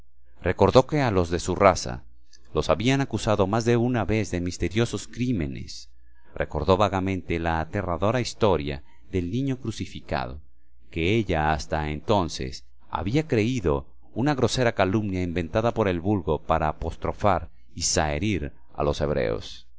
recordó que a los de su raza los habían acusado más de una vez de misteriosos crímenes recordó vagamente la aterradora historia del niño crucificado que ella hasta entonces había creído una grosera calumnia inventada por el vulgo para apostrofar y zaherir a los hebreos